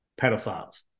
pedophiles